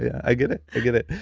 yeah i get it, i get it.